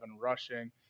rushing